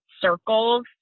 circles